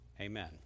Amen